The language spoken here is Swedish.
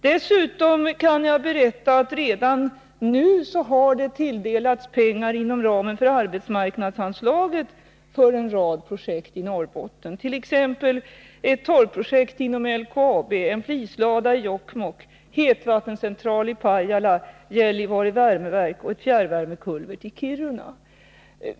Dessutom kan jag berätta att det redan nu har tilldelats pengar inom ramen för arbetsmarknadsanslaget till en rad åtgärder i Norrbotten, t.ex. ett torvprojekt inom LKAB, en flislada i Jokkmokk, en hetvattencentral i Pajala, Gällivare värmeverk och en fjärrvärmekulvert i Kiruna.